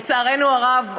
לצערנו הרב,